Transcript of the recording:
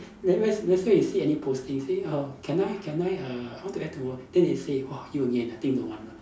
then let's let's say you see any postings you say err can I can I err I want to act tomorrow then they say !wah! you again I think don't want lah